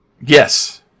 Yes